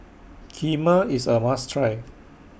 Kheema IS A must Try